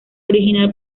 original